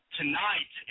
tonight